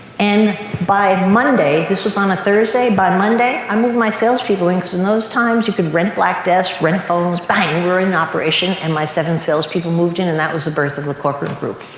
and by monday, this was on a thursday. by monday i moved my salespeople in cause in those times you could rent black desks, rent phones, bang, we're in operation and my seven salespeople moved in and that was the birth of the corcoran group.